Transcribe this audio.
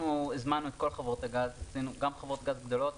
אנחנו הזמנו את כל חברות הגז גם חברות גז גדולות,